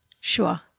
Sure